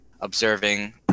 observing